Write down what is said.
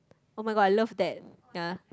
oh-my-god I loved that ya